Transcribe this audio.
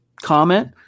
comment